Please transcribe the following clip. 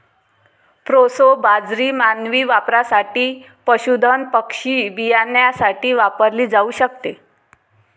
proso बाजरी मानवी वापरासाठी, पशुधन पक्षी बियाण्यासाठी वापरली जाऊ शकते